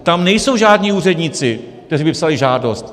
Tam nejsou žádní úředníci, kteří by psali žádost.